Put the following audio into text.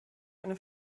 eine